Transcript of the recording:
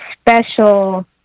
special